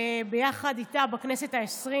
ביחד איתה, בכנסת העשרים